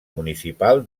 municipal